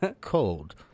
cold